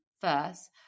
first